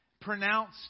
pronounced